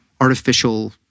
artificial